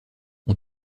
ont